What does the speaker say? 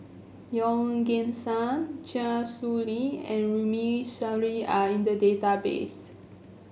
Yeoh Ghim Seng Chia Shi Lu and Runme Shaw are in the database